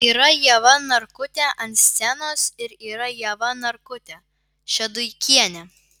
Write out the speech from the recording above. yra ieva narkutė ant scenos ir yra ieva narkutė šeduikienė